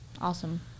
awesome